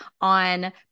on